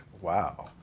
Wow